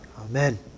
Amen